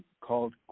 called